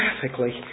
graphically